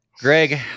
Greg